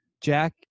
Jack